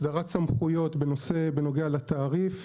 הסדרת סמכויות בנוגע לתעריף.